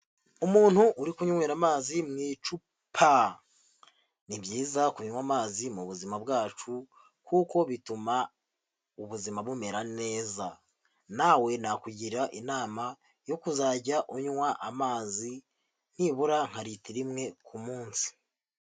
Umuntu uri kunywera amazi mu icupa, ni byiza kunywa amazi mu buzima bwacu kuko bituma ubuzima bumera neza. Nawe nakugira inama yo kuzajya unywa amazi nibura nka ritiro imwe ku munsi.